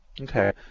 Okay